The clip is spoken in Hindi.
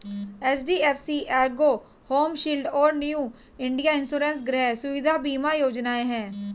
एच.डी.एफ.सी एर्गो होम शील्ड और न्यू इंडिया इंश्योरेंस गृह सुविधा बीमा योजनाएं हैं